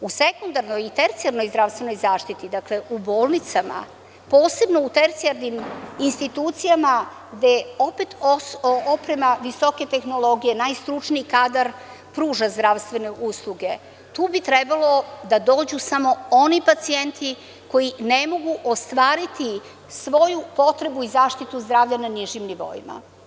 U sekundarnoj i tercijarnoj zdravstvenoj zaštiti, dakle u bolnicama, posebno u tercijarnim institucijama gde opet oprema visoke tehnologije, najstručniji kadar pruža zdravstvene usluge, tu bi trebalo da dođu samo oni pacijenti koji ne mogu ostvariti svoju potrebu i zaštitu zdravlja na niži nivoima.